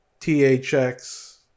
THX